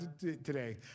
today